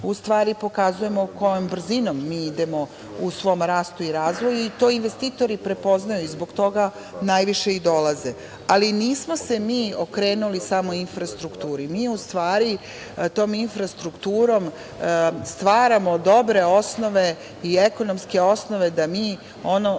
u stvari pokazujemo kojom brzinom mi idemo u svom rastu i razvoju. To investitori prepoznaju i zbog toga najviše i dolaze. Ali, nismo se mi okrenuli samo infrastrukturi. Mi u stvari tom infrastrukturom stvaramo dobre osnove i ekonomske osnove da mi ono